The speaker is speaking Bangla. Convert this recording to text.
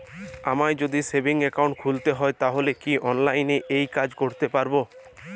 আমায় যদি সেভিংস অ্যাকাউন্ট খুলতে হয় তাহলে কি অনলাইনে এই কাজ করতে পারবো?